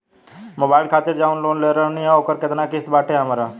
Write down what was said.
Mobile खातिर जाऊन loan लेले रहनी ह ओकर केतना किश्त बाटे हर महिना?